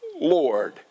Lord